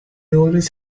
always